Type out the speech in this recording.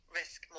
risk